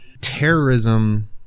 terrorism